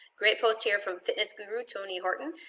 great post here from fitness guru tony horton.